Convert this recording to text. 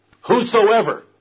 whosoever